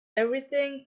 everything